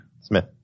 Smith